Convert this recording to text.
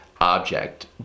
object